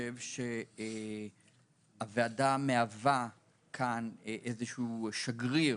הוועדה מהווה שגריר